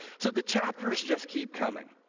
so the chapters just keep coming.